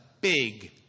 big